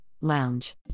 Lounge